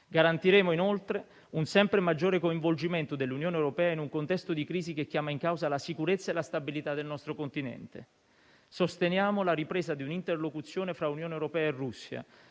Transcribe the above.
Garantiremo, inoltre, un sempre maggiore coinvolgimento dell'Unione europea in un contesto di crisi che chiama in causa la sicurezza e la stabilità del nostro continente. Sosteniamo la ripresa di un'interlocuzione fra Unione europea e Russia